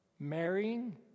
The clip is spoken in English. Marrying